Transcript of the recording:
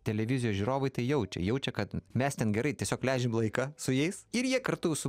televizijos žiūrovai tai jaučia jaučia kad mes ten gerai tiesiog leidžiam laiką su jais ir jie kartu su